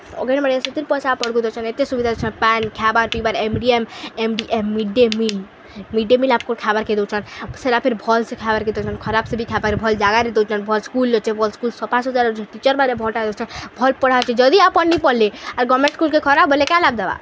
okay ମେଡ଼େ ସେଥିର ପଇସା ଆପଣଙ୍କୁ ଦେଉଛନ୍ ଏତେ ସୁବିଧା ଦେଉଛନ୍ ପାନ୍ ଖାଇବାର MDM MDM midday meal midday ମିଲ୍କୁ ଖାଇବାର୍ କେ ଦେଉଛନ୍ ସେରା ଫେର୍ ଭଲ୍ ଖାଇବାର୍ ଦେଉଛନ୍ ଖରାପସେ ବି ଖାଇବାରେ ନାଇଁ ଭଲ ଜାଗାରେ ଦେଉଛନ୍ ଭଲ ସ୍କୁଲ୍ ଅଛେ ଭଲ ସ୍କୁଲ୍ ସଫା ସୁତର ଅଛନ୍ ଟିଚର୍ମାନେ ଭଲ୍ଟା ଦେଉଛନ୍ ଭଲ ପଢ଼ାବାର ଦେଉଛନ୍ ଆଉ ଯଦି ଆପରେ ନାଇଁ ପଢ଼ଲେ ଆଉ ଗଭର୍ଣ୍ଣମେଣ୍ଟ ସ୍କୁଲ୍ ଖରାପ ବୋଲେ କାଁ ଲାଗଦେବା